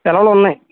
సెలవులు ఉన్నాయి